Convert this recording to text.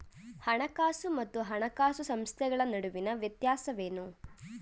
ಹಣಕಾಸು ಮತ್ತು ಹಣಕಾಸು ಸಂಸ್ಥೆಗಳ ನಡುವಿನ ವ್ಯತ್ಯಾಸವೇನು?